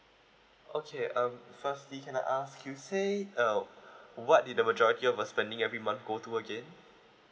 okay um firstly can I ask you say uh what did the majority of your spending every month go to again